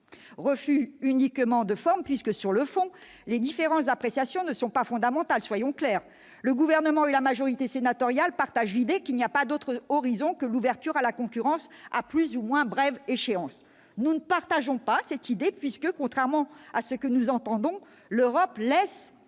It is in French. refus de pure forme, car, sur le fond, les différences d'appréciation ne sont pas fondamentales. Soyons clairs, le Gouvernement et la majorité sénatoriale partagent l'idée qu'il n'y a pas d'autre horizon que l'ouverture à la concurrence à plus ou moins brève échéance ! Nous ne partageons pas cette idée puisque, contrairement à ce que nous entendons, l'Europe laisse